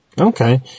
Okay